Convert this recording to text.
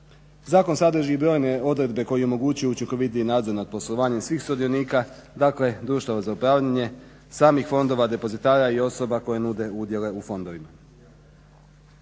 Zakon sadrži i brojne odredbe koji omogućuju učinkovitiji nadzor nad poslovanjem svih sudionika, dakle društava za upravljanje, samih fondova depozitara i osoba koje nude udjele u fondovima.